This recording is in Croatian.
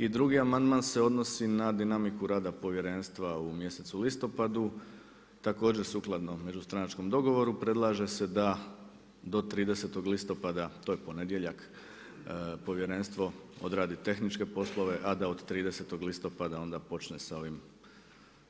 I drugi amandman se odnosi na dinamiku rada povjerenstva u mjesecu listopadu, također sukladno međustranačkom dogovoru, predlaže se da do 30.10., to je ponedjeljak, povjerenstvo, odradi tehničke poslove, a da od 30.10. onda počne sa ovim